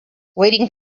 waiting